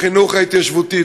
החינוך ההתיישבותי,